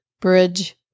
bridge